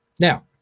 now,